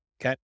Okay